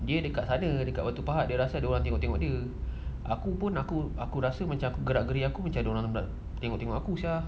dia dekat sana dekat batu pahat dia rasa ada orang tengok-tengok dia aku pun aku aku rasa macam gerak-geri aku macam ada orang nak tengok-tengok aku sia